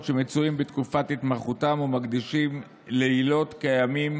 שמצויים בתקופת התמחותם ומקדישים לילות כימים